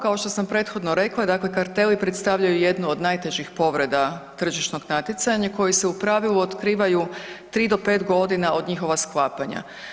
Kao što sam prethodno rekla, dakle karteli predstavljaju jednu od najtežih povreda tržišnog natjecanja koji se u pravilu otkrivaju 3 do 5 g. od njihova sklapanja.